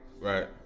Right